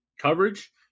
coverage